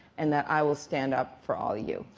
and that i will stand up for all you.